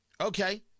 Okay